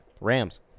Rams